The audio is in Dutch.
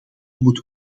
moet